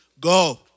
go